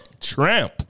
Tramp